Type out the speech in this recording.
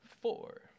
four